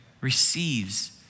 receives